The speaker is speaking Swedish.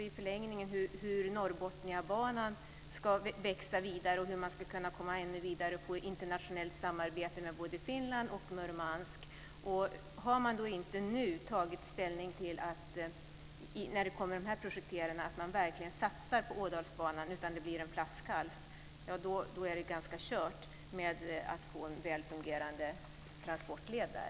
I förlängningen ser jag hur Norrbotniabanan ska växa vidare och hur man ska kunna få ett internationellt samarbete med både Finland och Murmansk. Har man då inte tagit ställning till och verkligen satsar på Ådalsbanan kan det bli en flaskhals. Då är det ganska kört med att få en väl fungerande transportled där.